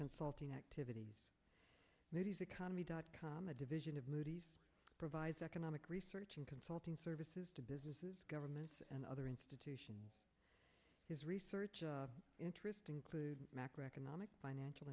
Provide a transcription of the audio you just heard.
consulting activities moody's economy dot com a division of moody's provides economic research and consulting services to businesses governments and other institutions is research interesting good macro economic financial